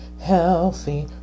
healthy